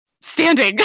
standing